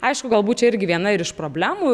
aišku galbūt čia irgi viena ir iš problemų